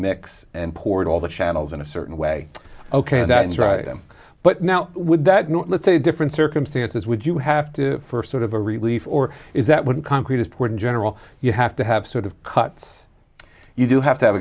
mix and poured all the channels in a certain way ok that is right them but now would that not let's say different circumstances would you have to for sort of a relief or is that when concrete is poured in general you have to have sort of cuts you do have to have